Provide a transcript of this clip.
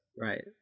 Right